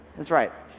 that's right,